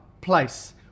place